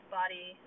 body